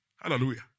Hallelujah